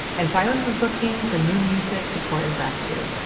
and silas was looking for new music to choreograph to,